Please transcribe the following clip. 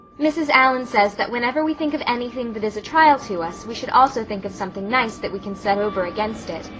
mrs. allan says that whenever we think of anything that is a trial to us we should also think of something nice that we can set over against it.